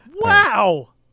Wow